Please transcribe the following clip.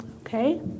okay